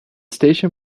station